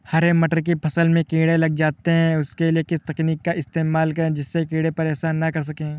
हरे मटर की फसल में कीड़े लग जाते हैं उसके लिए किस तकनीक का इस्तेमाल करें जिससे कीड़े परेशान ना कर सके?